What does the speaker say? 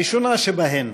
הראשונה בהן: